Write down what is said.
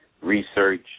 research